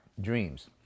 dreams